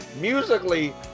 Musically